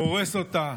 הורס אותה,